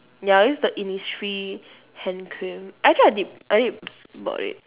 ya this is the innisfree hand cream actually I did I did bought it